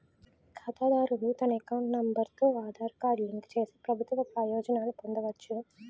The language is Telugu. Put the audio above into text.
ఖాతాదారుడు తన అకౌంట్ నెంబర్ తో ఆధార్ కార్డు లింక్ చేసి ప్రభుత్వ ప్రయోజనాలు పొందవచ్చు